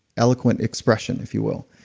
eloquent expression if you will.